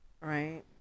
right